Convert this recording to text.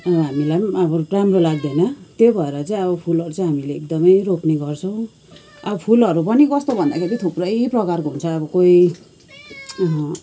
हामीलाई पनि अब राम्रो लाग्दैन त्यही भएर चाहिँ अब फुलहरू चाहिँ हामीले एकदमै रोप्ने गर्छौँ अब फुलहरू पनि कस्तो भन्दाखेरि थुप्रै प्रकारको हुन्छ अब कोही